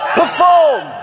perform